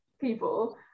people